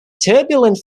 turbulent